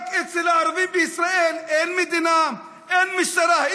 רק אצל הערבים בישראל אין מדינה, אין משטרה.